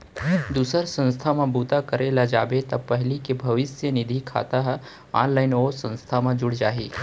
दूसर संस्था म बूता करे ल जाबे त पहिली के भविस्य निधि खाता ह ऑनलाइन ओ संस्था म जुड़ जाही